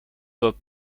doit